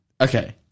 Okay